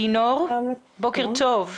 אלינור, בוקר טוב.